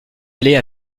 aller